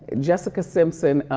jessica simpson,